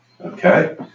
Okay